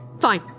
Fine